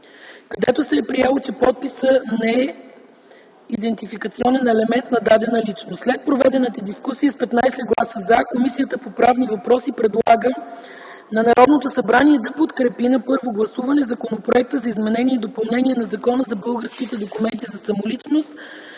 където се е приело, че подписът не е идентификационен елемент на дадена личност. След проведената дискусия с 15 гласа „за” Комисията по правни въпроси предлага на Народното събрание да подкрепи на първо гласуване Законопроект за изменение и допълнение на Закона за българските лични документи,